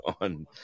on